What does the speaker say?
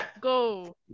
go